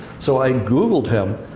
so i googled him,